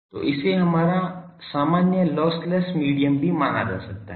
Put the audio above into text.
तो इसे हमारा सामान्य लॉसलेस मीडियम भी माना जा सकता है